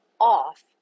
off